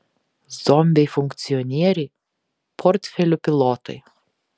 zombiai funkcionieriai portfelių pilotai